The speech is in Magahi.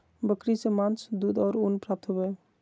बकरी से मांस, दूध और ऊन प्राप्त होबय हइ